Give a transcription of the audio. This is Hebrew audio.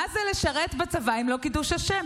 מה זה לשרת בצבא אם לא קידוש השם?